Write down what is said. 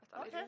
Okay